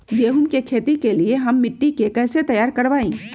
गेंहू की खेती के लिए हम मिट्टी के कैसे तैयार करवाई?